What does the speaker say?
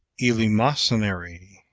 eleemosynary,